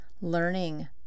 learning